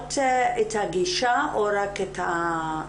מדגישות את הגישה או רק את המגדר,